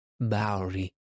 Bowery